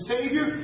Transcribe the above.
Savior